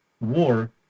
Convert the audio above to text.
war